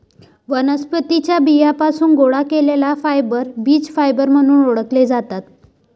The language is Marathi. वनस्पतीं च्या बियांपासून गोळा केलेले फायबर बीज फायबर म्हणून ओळखले जातात